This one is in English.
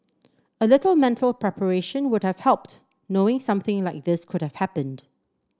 a little mental preparation would have helped knowing something like this could have happened